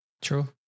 True